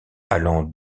allant